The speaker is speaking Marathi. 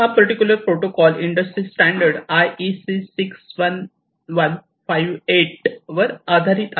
हा particular protocol industry standard IEC 61158 वर आधारित आहे